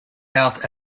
health